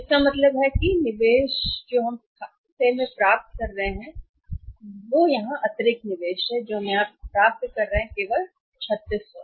तो इसका मतलब है कि जानकारी निवेश जो हम खाते में प्राप्त कर रहे हैं वह यहां अतिरिक्त है निवेश जो हम यहां प्राप्य कर रहे हैं वह केवल 3600 है